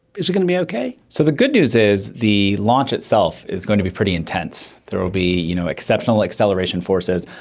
is it going to be okay? so the good news is the launch itself is going to be pretty intense. there will be you know exceptional acceleration forces,